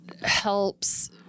helps